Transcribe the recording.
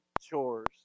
chores